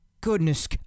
goodness